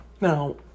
Now